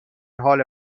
حال